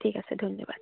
ঠিক আছে ধন্যবাদ